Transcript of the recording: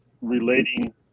relating